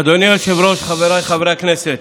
אדוני היושב-ראש, חבריי חברי הכנסת,